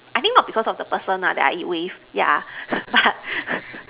I think not because of the person lah that I eat with yeah but